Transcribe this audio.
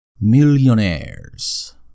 millionaires